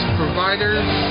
providers